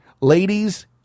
ladies